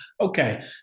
okay